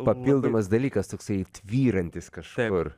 papildomas dalykas toksai tvyrantis kažkur